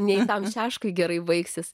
nei tau aišku gerai baigsis